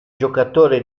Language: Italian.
giocatore